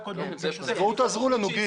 בואו תעזרו לנו.